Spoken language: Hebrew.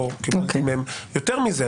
יותר מזה,